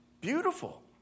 beautiful